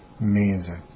Amazing